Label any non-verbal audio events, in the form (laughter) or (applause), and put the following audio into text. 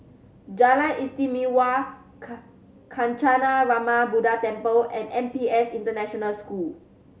Jalan Istimewa (unintelligible) Kancanarama Buddha Temple and N P S International School